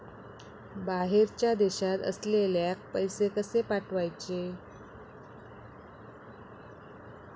बाहेरच्या देशात असलेल्याक पैसे कसे पाठवचे?